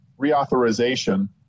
reauthorization